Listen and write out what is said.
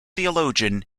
theologian